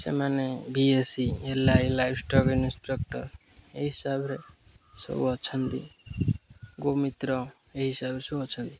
ସେମାନେ ବି S C L I livestock inspector ଏହି ହିସାବରେ ସବୁ ଅଛନ୍ତି ଗୋମିତ୍ର ଏହି ହିସାବରେ ସବୁ ଅଛନ୍ତି